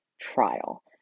trial